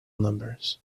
numbers